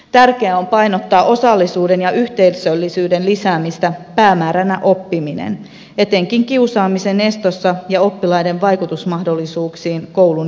tärkeää on painottaa osallisuuden ja yhteisöllisyyden lisäämistä päämääränä oppiminen etenkin kiusaamisen estossa ja oppilaiden vaikutusmahdollisuuksissa koulun järjestyssääntöihin